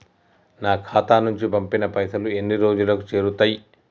నా ఖాతా నుంచి పంపిన పైసలు ఎన్ని రోజులకు చేరుతయ్?